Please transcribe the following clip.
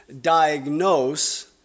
diagnose